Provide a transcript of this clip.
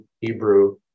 Hebrew